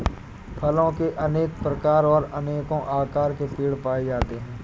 फलों के अनेक प्रकार और अनेको आकार के पेड़ पाए जाते है